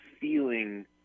feeling